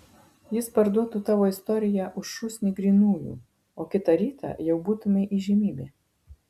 jis parduotų tavo istoriją už šūsnį grynųjų o kitą rytą jau būtumei įžymybė